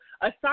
aside